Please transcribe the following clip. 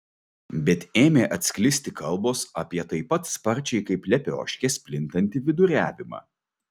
bet ėmė atsklisti kalbos apie taip pat sparčiai kaip lepioškės plintantį viduriavimą